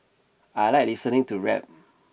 I like listening to rap